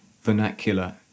vernacular